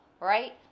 right